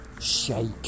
shake